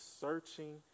searching